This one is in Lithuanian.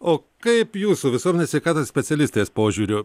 o kaip jūsų visuomenės sveikatos specialistės požiūriu